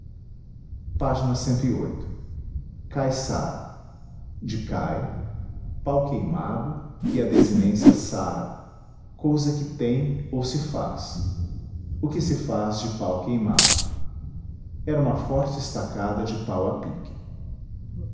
a ág aiçara e cai pau queimado e a desinência çara cousa que tem ou se faz o que se faz de pau queimado era uma forte estacada de pau a pique pág